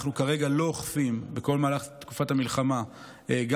אנחנו כרגע לא אוכפים בכל תקופת המלחמה את